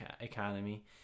economy